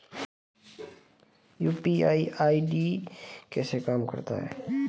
UPI ID कैसे काम करता है?